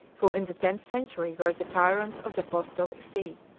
who in the tenth century were the tyrants of the apostolic see.